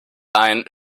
ein